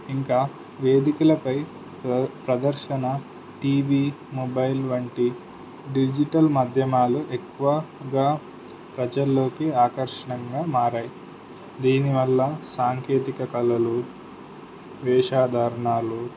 ఇంకా వేదికలపై ప్ర ప్రదర్శన టీవీ మొబైల్ వంటి డిజిటల్ మాధ్యమాలు ఎక్కువగా ప్రజల్లోకి ఆకర్షణగా మారాయి దీనివల్ల సాంకేతిక కళలు వేషధారణలు